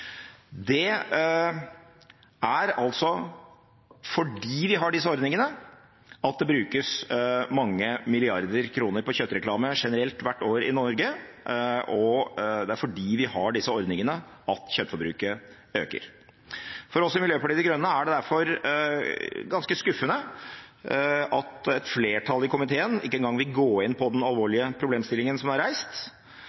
Fordi vi har disse ordningene med at det brukes mange milliarder kroner på kjøttreklame generelt hvert år i Norge, øker kjøttforbruket. For oss i Miljøpartiet De Grønne er det derfor ganske skuffende at et flertall i komiteen ikke engang vil gå inn i den alvorlige problemstillingen som er reist.